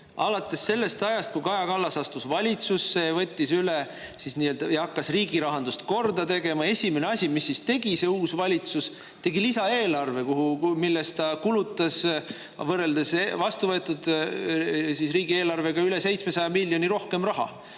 alates sellest ajast, kui Kaja Kallas astus valitsusse ja hakkas riigi rahandust korda tegema. Esimese asjana tegi see uus valitsus lisaeelarve, mille kohaselt ta kulutas võrreldes vastuvõetud riigieelarvega üle 700 miljoni võrra rohkem raha.